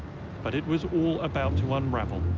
but it was all about to unravel,